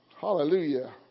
Hallelujah